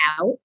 out